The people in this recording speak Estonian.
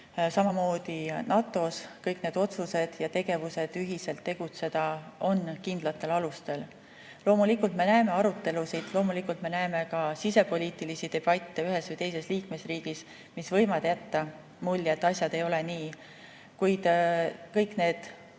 samamoodi NATO‑s on kõik need otsused ja tegevused ühiselt tegutseda kindlatel alustel. Loomulikult me näeme arutelusid, loomulikult me näeme ka sisepoliitilisi debatte ühes või teises liikmesriigis, mis võivad jätta mulje, et asjad ei ole nii. Kuid kõik need